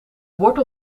wortel